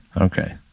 Okay